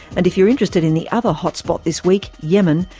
and if you're interested in the other hot spot this week, yemen,